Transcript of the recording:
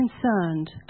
concerned